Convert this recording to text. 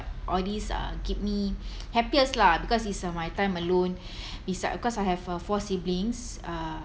all these uh keep me happiest lah because it's uh my time alone it's like because I have uh four siblings uh